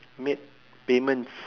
made payments